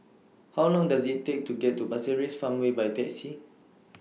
How Long Does IT Take to get to Pasir Ris Farmway By Taxi